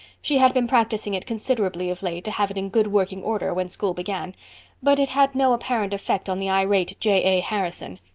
she had been practicing it considerably of late to have it in good working order when school began but it had no apparent effect on the irate j. a. harrison.